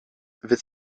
wird